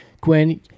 Gwen